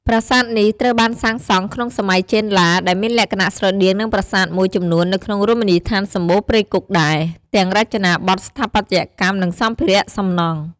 ប្រាសាទនេះត្រូវបានសាងសង់ក្នុងសម័យចេនឡា ដែលមានលក្ខណៈស្រដៀងនឹងប្រាសាទមួយចំនួននៅក្នុងរមណីយដ្ឋានសំបូរព្រៃគុកដែរ ទាំងរចនាបថស្ថាបត្យកម្មនិងសម្ភារៈសំណង់។